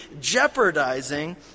jeopardizing